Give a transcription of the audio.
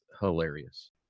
hilarious